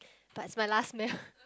but it's my last meal